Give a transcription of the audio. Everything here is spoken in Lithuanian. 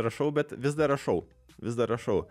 rašau bet vis dar rašau vis dar rašau